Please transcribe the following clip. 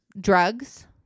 drugs